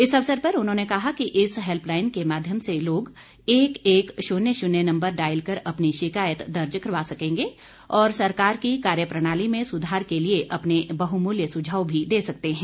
इस अवसर पर उन्होंने कहा कि इस हेल्पलाईन के माध्यम से लोग एक शून्य शून्य नम्बर डॉयल कर अपनी शिकायत दर्ज करवा सकेंगे और सरकार की कार्यप्रणाली में सुधार के लिए अपने बहुमूल्य सुझाव भी दे सकते हैं